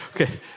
okay